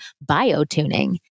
bio-tuning